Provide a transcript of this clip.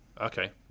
Okay